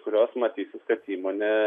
kurios matysis kad įmonė